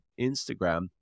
instagram